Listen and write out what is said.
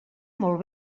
molt